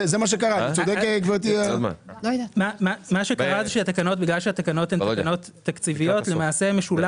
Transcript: בגלל שהתקנות הן תקנות תקציביות, למעשה משולם